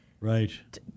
Right